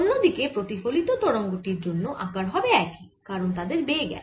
অন্য দিকে প্রতিফলিত তরঙ্গ টির জন্য আকার হবে একই কারণ তাদের বেগ এক